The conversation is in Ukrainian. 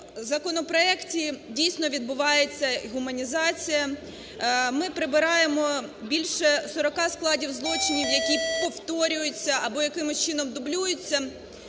законопроекті, дійсно, відбувається гуманізація, ми прибираємо більше 40 складів злочинів, які повторюються або якимось чином дублюються.